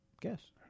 Guess